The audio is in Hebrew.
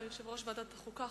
יושב-ראש ועדת החוקה,